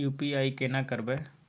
UPI केना करबे?